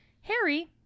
Harry